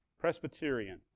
Presbyterian